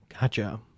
Gotcha